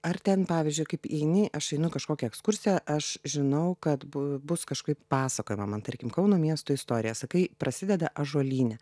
ar ten pavyzdžiui kaip eini aš einu į kažkokią ekskursiją aš žinau kad bu bus kažkaip pasakojama man tarkim kauno miesto istorija sakai prasideda ąžuolyne